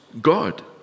God